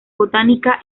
botánica